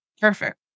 Perfect